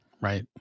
Right